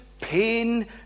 Pain